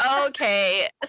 okay